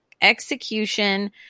execution